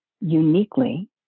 uniquely